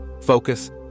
focus